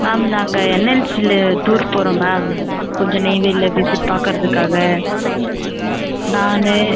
ma'am நாங்கள் என்எல்சியில் tour போகிறோம் மேம் கொஞ்சம் நெய்வேலியில் விசிட் பார்க்கறதுக்காக நான்